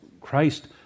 Christ